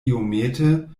iomete